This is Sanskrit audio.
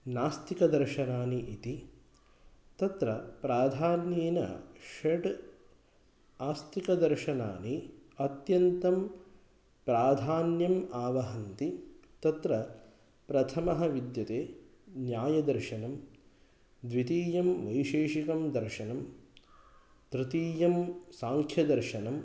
नास्तिकदर्शनानि इति तत्र प्राधान्येन षट् आस्तिकदर्शनानि अत्यन्तं प्राधान्यम् आवहन्ति तत्र प्रथमः विद्यते न्यायदर्शनं द्वितीयं वैशेषिकं दर्शनं तृतीयं साङ्ख्यदर्शनं